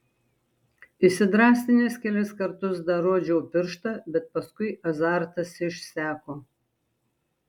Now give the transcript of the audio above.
įsidrąsinęs kelis kartus dar rodžiau pirštą bet paskui azartas išseko